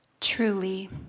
Truly